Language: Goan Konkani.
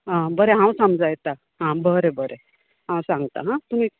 आं बरें हांव समजायता आं बरें बरें आं सांगतां आं तुमी